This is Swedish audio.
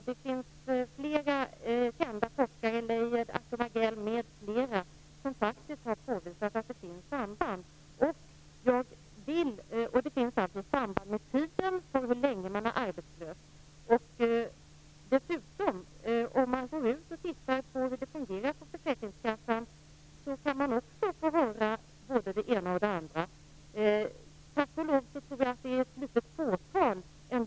Det finns flera kända forskare - Layard, Ackum Agell m.fl. - som faktiskt har påvisat att det finns ett samband när det gäller hur lång tid arbetslösheten varar. Om man besöker Försäkringskassan för att se hur det fungerar kan man också få höra ett och annat.